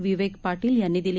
विवेकपाटीलयांनीदिली